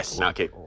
okay